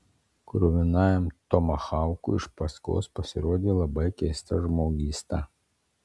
kruvinajam tomahaukui iš paskos pasirodė labai keista žmogysta